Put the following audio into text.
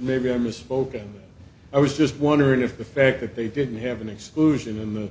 maybe i misspoke and i was just wondering if the fact that they didn't have an exclusion in the